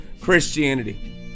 christianity